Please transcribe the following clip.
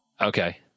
Okay